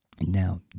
now